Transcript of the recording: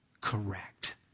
correct